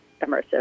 immersive